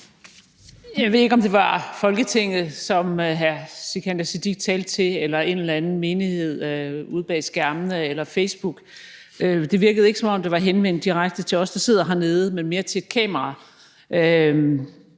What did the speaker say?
Jeg ved ikke, om det var Folketinget, som hr. Sikandar Siddique talte til, eller en eller anden menighed ude bag skærmene eller på Facebook. Det virkede ikke, som om det var henvendt direkte til os, der sidder hernede, men mere til et kamera.